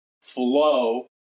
flow